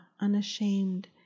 unashamed